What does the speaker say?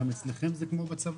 גם אצלכם זה כמו בצבא?